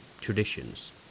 traditions